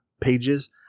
pages